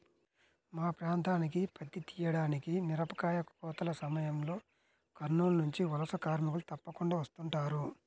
మా ప్రాంతానికి పత్తి తీయడానికి, మిరపకాయ కోతల సమయంలో కర్నూలు నుంచి వలస కార్మికులు తప్పకుండా వస్తుంటారు